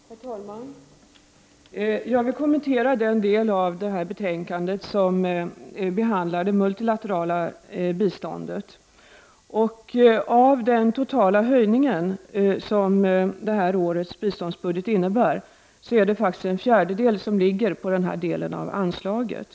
Herr talman! Jag vill kommentera den del av detta betänkande som behandlar det multilaterala biståndet. Av den totala höjning som detta års bi ståndsbudget innebär, är det en fjärdedel som ligger på denna del av anslaget.